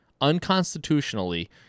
Unconstitutionally